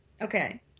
Okay